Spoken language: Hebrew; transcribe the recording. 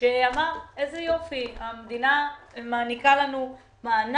שהגיש בקשה למענק